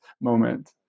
moment